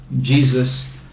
Jesus